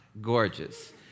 Gorgeous